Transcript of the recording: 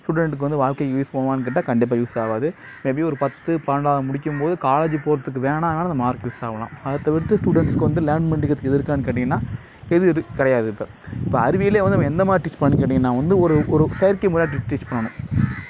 ஸ்டூடெண்ட்டுக்கு வந்து வாழ்க்கைக்கு யூஸ் ஆகுமான் கேட்டால் கண்டிப்பாக யூஸ் ஆகாது மேபி ஒரு பத்து பன்னெண்டாவுது முடிக்கும்போது காலேஜி போகிறதுக்கு வேண்ணானாலும் இந்த மார்க் யூஸ் ஆகலாம் அது தவிர்த்து ஸ்டூடெண்ட்ஸ்க்கு வந்து லேர்ன் பண்ணிக்கிறதுக்கு இது இருக்கான்னு கேட்டிங்கன்னால் எது இது கிடையாது இப்போ இப்போ அறிவியலே வந்து நம்ம எந்த மாதிரி டீச் பண்ணுணுன் கேட்டிங்கன்னால் வந்து ஒரு ஒரு செயற்கை முறையாக டீ டீச் பண்ணணும்